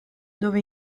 dove